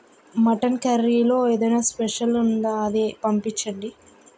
mutton కర్రీలో ఏదైనా special ఉందా అది పంపించండి